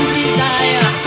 desire